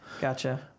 Gotcha